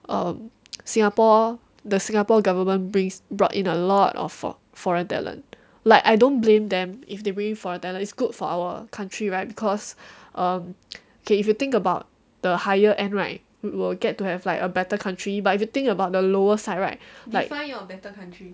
um singapore the singapore government brings brought in a lot of for~ foreign talent like I don't blame them if they bring in foreign talent is good for our country right because um okay if you think about the higher end right will get to have like a better country but if you think about the lower side right like